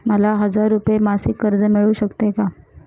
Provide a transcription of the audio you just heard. मला हजार रुपये मासिक कर्ज मिळू शकते का?